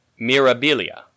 mirabilia